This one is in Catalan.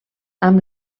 amb